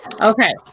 Okay